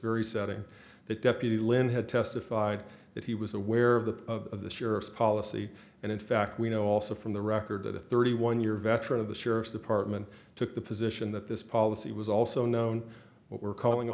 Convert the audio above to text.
very setting that deputy lynn had testified that he was aware of the of the sheriff's policy and in fact we know also from the record that a thirty one year veteran of the sheriff's department took the position that this policy was also known what we're calling